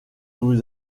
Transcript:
vous